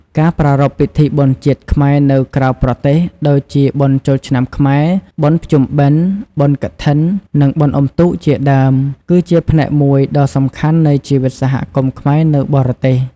ការប្រារព្ធពិធីបុណ្យជាតិខ្មែរនៅក្រៅប្រទេស ដូចជាបុណ្យចូលឆ្នាំខ្មែរ បុណ្យភ្ជុំបិណ្ឌ បុណ្យកឋិន និងបុណ្យអុំទូក ជាដើម គឺជាផ្នែកមួយដ៏សំខាន់នៃជីវិតសហគមន៍ខ្មែរនៅបរទេស។